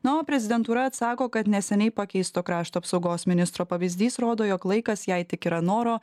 na o prezidentūra atsako kad neseniai pakeisto krašto apsaugos ministro pavyzdys rodo jog laikas jei tik yra noro